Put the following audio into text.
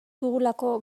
dugulako